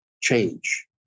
change